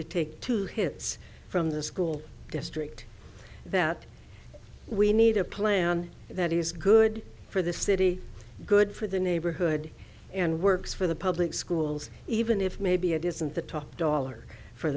to take two hits from the school district that we need a plan that is good for the city good for the neighborhood and works for the public schools even if maybe it isn't the top dollar for